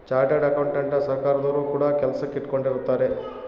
chartered ಅಕೌಂಟೆಂಟನ ಸರ್ಕಾರದೊರು ಕೂಡ ಕೆಲಸಕ್ ಇಟ್ಕೊಂಡಿರುತ್ತಾರೆ